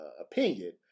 opinion